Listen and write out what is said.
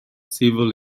civil